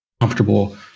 comfortable